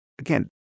again